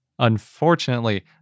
Unfortunately